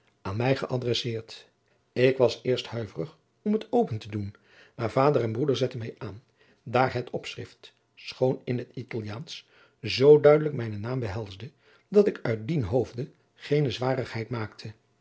aan mij geadresseerd ik was in het eerst huiverig om het open te doen maar vader en broeder zetten mij aan daar het opschrift schoon in het italiaansch zoo duidelijk mijnen naam behelsde dat ik uit dien hoofde gene zwarigheid maakte